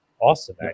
Awesome